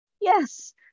Yes